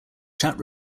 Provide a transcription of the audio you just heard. chat